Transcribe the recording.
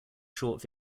short